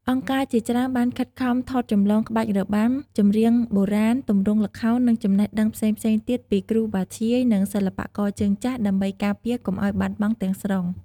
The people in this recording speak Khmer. អង្គការជាច្រើនបានខិតខំថតចម្លងក្បាច់របាំ ចម្រៀងបុរាណ ទម្រង់ល្ខោន និងចំណេះដឹងផ្សេងៗទៀតពីគ្រូបាធ្យាយ និងសិល្បករជើងចាស់ ដើម្បីការពារកុំឱ្យបាត់បង់ទាំងស្រុង។